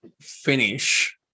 finish